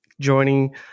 joining